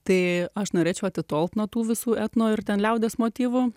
tai aš norėčiau atitolti nuo tų visų etno ir ten liaudies motyvų